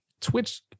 Twitch